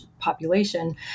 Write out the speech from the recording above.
population